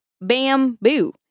bamboo